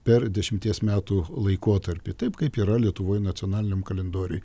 per dešimties metų laikotarpį taip kaip yra lietuvoj nacionaliniam kalendoriuj